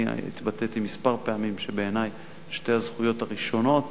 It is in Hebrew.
התבטאתי כמה פעמים שבעיני שתי הזכויות הראשונות